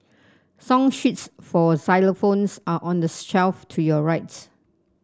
song sheets for xylophones are on the shelf to your right